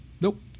Nope